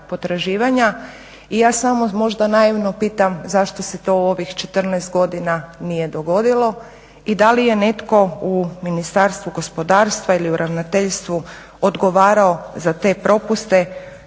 i ja samo možda naivno pitam zašto se to u ovih 14 godina nije dogodilo i da li je netko u Ministarstvu gospodarstva ili u ravnateljstvu odgovarao za te propuste,